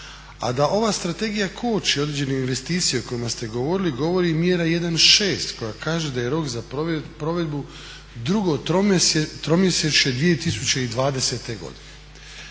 A da ova strategija koči određene investicije o kojima ste govorili govori mjera 1.6 koja kaže da je rok za provedbu drugo tromjesečje 2020. godine.